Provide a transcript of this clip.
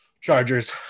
Chargers